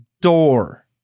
door